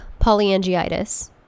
polyangiitis